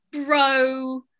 bro